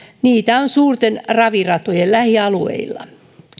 niitä on suurten raviratojen lähialueilla